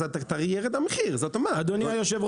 אז ירד המחיר לעוף הטרי באופן אוטומטי.